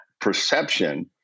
perception